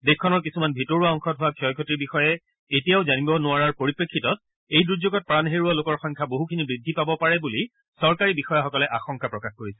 দেশখনৰ কিছুমান ভিতৰুৱা অংশত হোৱা ক্ষয় ক্ষতিৰ বিষয়ে এতিয়াও জানিব নোৱৰাৰ পৰিপ্ৰেক্ষিতত এই দুৰ্যোগত প্ৰাণ হেৰুওৱা লোকৰ সংখ্যা বছখিনি বৃদ্ধি পাব পাৰে বুলি চৰকাৰী বিয়াসকলে আশংকা প্ৰকাশ কৰিছে